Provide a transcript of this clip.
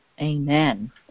Amen